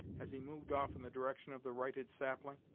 as he moved off in the direction of the righted sapling